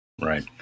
Right